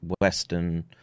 Western